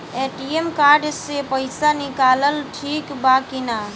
ATM card से पईसा निकालल ठीक बा की ना?